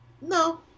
no